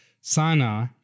Sinai